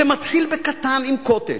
זה מתחיל בקטן, עם "קוטג'",